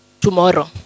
tomorrow